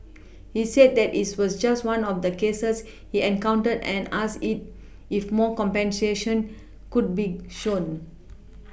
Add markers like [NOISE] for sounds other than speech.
[NOISE] he said that it was just one of the cases he encountered and asked it if more compassion could be shown